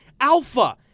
alpha